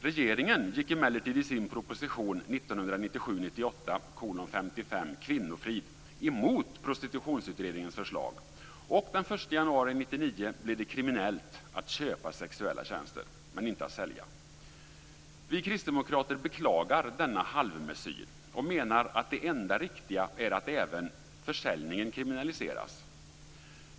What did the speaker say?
Regeringen gick emellertid i sin proposition 1997/98:55 Kvinnofrid emot prostitutionsutredningens förslag. Och den 1 januari 1999 blev det kriminellt att köpa sexuella tjänster men inte att sälja. Vi kristdemokrater beklagar denna halvmessyr och menar att det enda riktiga är att även försäljningen kriminaliseras.